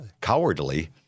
cowardly